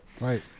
Right